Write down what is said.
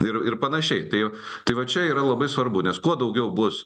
ir ir panašiai tai tai va čia yra labai svarbu nes kuo daugiau bus